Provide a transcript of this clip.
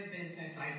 business